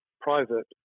private